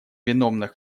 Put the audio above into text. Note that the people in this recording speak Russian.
виновных